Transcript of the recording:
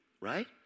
right